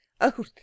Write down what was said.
Oh